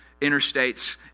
interstates